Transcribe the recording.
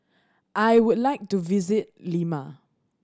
I would like to visit Lima